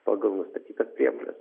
pagal nustatytas priemones